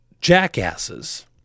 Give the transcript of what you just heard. jackasses